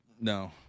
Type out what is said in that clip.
no